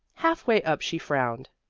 half-way up she frowned.